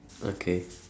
okay